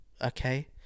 okay